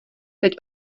teď